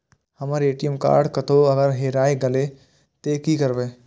हमर ATM card कतहो अगर हेराय गले ते की करबे?